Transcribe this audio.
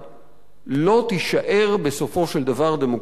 לא תישאר בסופו של דבר דמוקרטיה להגן עלינו.